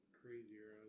crazier